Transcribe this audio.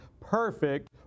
perfect